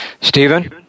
Stephen